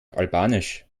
albanisch